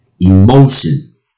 emotions